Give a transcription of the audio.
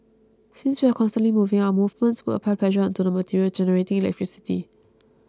since we are constantly moving our movements would apply pressure onto the material generating electricity